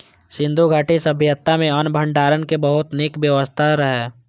सिंधु घाटी सभ्यता मे अन्न भंडारण के बहुत नीक व्यवस्था रहै